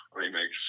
remix